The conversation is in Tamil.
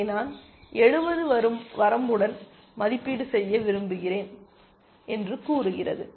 இதை நான் 70 வரம்புடன் மதிப்பீடு செய்ய விரும்புகிறேன் என்று கூறுகிறது